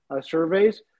surveys